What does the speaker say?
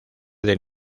del